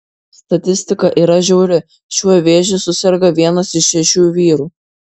statistika yra žiauri šiuo vėžiu suserga vienas iš šešių vyrų